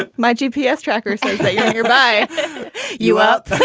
but my g. p. s tracker's nearby you up?